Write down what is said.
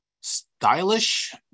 stylish